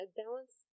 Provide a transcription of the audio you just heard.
balance